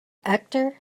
actor